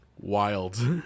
Wild